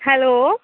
hello